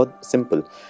simple